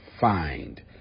find